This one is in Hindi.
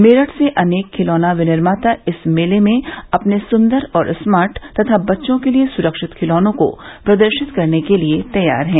मेरठ से अनेक खिलौना विनिर्माता इस मेले में अपने सुन्दर और स्मार्ट तथा बच्चों के लिए सुरक्षित खिलौनों को प्रदर्शित करने के लिए तैयार है